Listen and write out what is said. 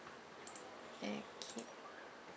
thank you